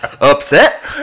Upset